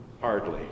hardly